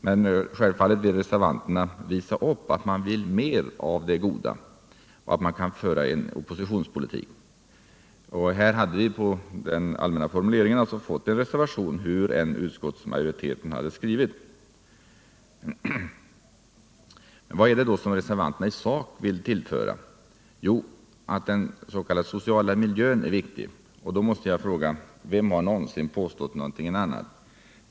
men självfallet vill reservanterna visa upp att de vill ha mer av det goda och att de kan föra en oppositionspolitik. På den allmänna formuleringen hade vi dock fått en reservation hur än utskoltsmajoriteten hade skrivit. Vad är det då som reservanterna i sak vill tillföra betänkandet? Jo, att den s.k. sociala miljön är viktig. Då måste jag fråga: Vem har någonsin påstått någonting annat?